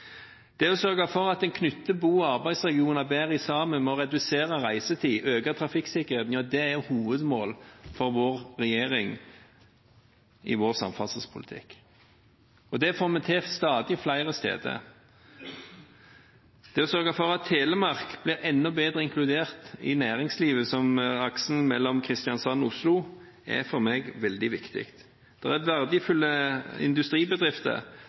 Det å sørge for at en knytter bo- og arbeidsregioner bedre sammen ved å redusere reisetid og øke trafikksikkerheten, er hovedmålet for vår regjering i vår samferdselspolitikk. Det får vi til stadig flere steder. Det å sørge for at Telemark blir enda bedre inkludert i næringslivet som aksen mellom Kristiansand og Oslo, er for meg veldig viktig. Det er verdifulle industribedrifter